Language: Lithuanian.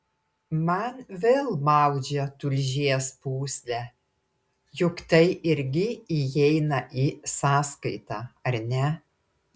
man vėl maudžia tulžies pūslę juk tai irgi įeina į sąskaitą ar ne